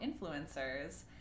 influencers